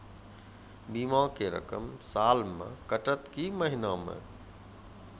बीमा के रकम साल मे कटत कि महीना मे?